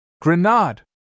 Grenade